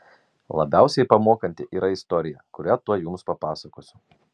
labiausiai pamokanti yra istorija kurią tuoj jums papasakosiu